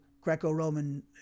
Greco-Roman